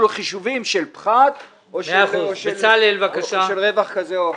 לו חישובים של פחת או של רווח כזה או אחר.